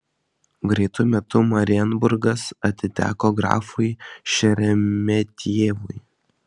greitu metu marienburgas atiteko grafui šeremetjevui